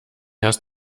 hast